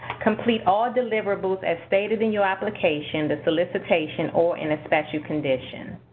complete all deliverables as stated in your application, the solicitation, or in a special condition.